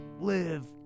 live